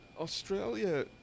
Australia